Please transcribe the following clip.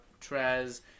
Trez